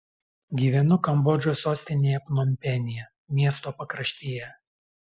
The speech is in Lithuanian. gyvenu kambodžos sostinėje pnompenyje miesto pakraštyje